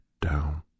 down